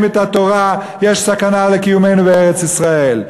את התורה יש סכנה לקיומנו בארץ-ישראל.